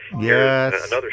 Yes